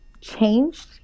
changed